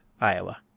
Iowa